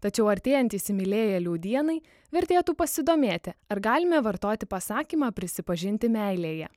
tačiau artėjant įsimylėjėlių dienai vertėtų pasidomėti ar galime vartoti pasakymą prisipažinti meilėje